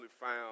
found